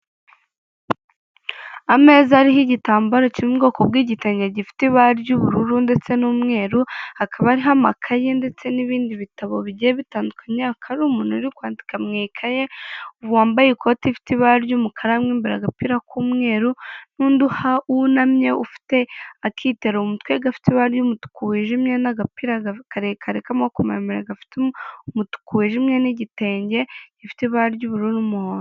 Ameza ariho igitambaro kimwe ubwoko bw'igitange gifite ibara ry'ubururu ndetse n'umweru, hakaba ariho amakaye ndetse n'ibindi bitabo bigiye bitandukanye, akaba ari umuntu uri kwandika mu ikaye wambaye ikoti ifite ibara ry'umukara mu imbere agapira k'umweru n'undi wunamye ufite akitero ku umutwe gafite ibara ry'umutuku wijimye n'agapira karekare k'amaboko maremare gafite umutuku wijimye n'igitenge gifite ibara ry'ubururu n'umuhondo.